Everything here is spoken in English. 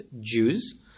Jews